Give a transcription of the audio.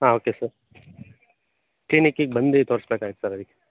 ಹಾಂ okay sir ಕ್ಲಿನಿಕಿಗೆ ಬಂದು ತೋರಿಸ್ಬೇಕಾಗಿತ್ತು ಸರ್ ಅದಕ್ಕೆ